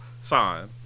sign